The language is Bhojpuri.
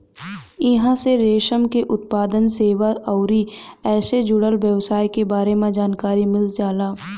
इहां से रेशम के उत्पादन, सेवा अउरी एसे जुड़ल व्यवसाय के बारे में जानकारी मिल जाला